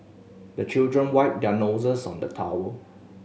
the children wipe their noses on the towel